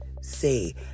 say